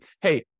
hey